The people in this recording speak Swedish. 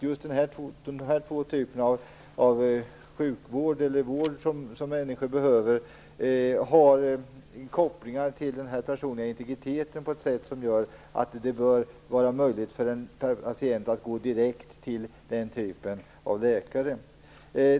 Just dessa två typer av vård som människor behöver har kopplingar till den personliga integriteten på ett sätt som gör att det bör vara möjligt för en patient att gå direkt till sådana läkare.